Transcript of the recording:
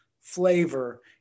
flavor